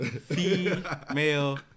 Female